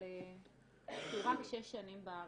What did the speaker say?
אבל שהוא רק שש שנים בארץ.